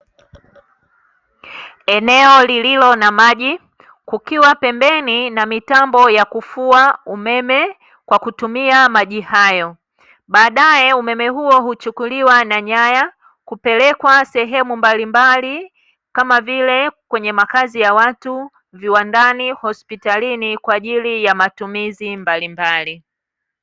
Eneo lililo na maji kukiwa pembeni na mitambo ya kufua umeme kwa kutumia maji hayo, baadae umeme huo huchukuliwa na nyaya kupelekwa sehemu mbalimbali kama vile: kwenye makazi ya watu, viwandani, hospitalini kwa ajili ya matumizi mbalimbali.